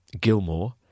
Gilmore